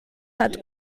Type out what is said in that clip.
hat